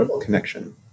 connection